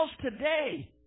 today